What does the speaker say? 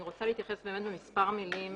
אני רוצה להתייחס במספר מילים